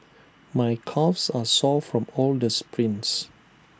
my calves are sore from all the sprints